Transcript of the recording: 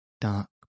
dark